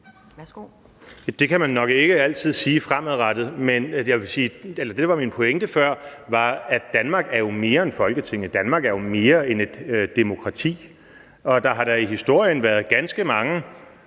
(DF): Det kan man nok ikke altid sige fremadrettet, men det, der var min pointe før, var, at Danmark jo er mere end Folketinget. Danmark er jo mere end et demokrati, og der har da i historien været ganske mange